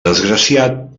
desgraciat